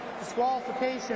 Disqualification